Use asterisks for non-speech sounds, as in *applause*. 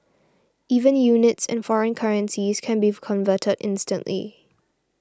even units and foreign currencies can be *unintelligible* converted instantly